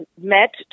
met